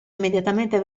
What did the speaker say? immediatamente